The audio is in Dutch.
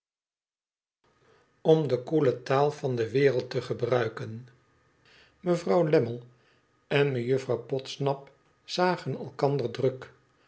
om de koele taal van de wereld te gebruiken mevrouw lammie en mejuffrouw podsnap sagen elkander druk